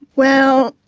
well,